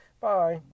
bye